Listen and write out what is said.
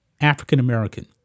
African-American